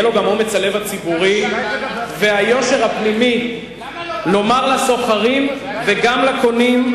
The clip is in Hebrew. יהיו לו גם אומץ הלב הציבורי והיושר הפנימי לומר לסוחרים וגם לקונים: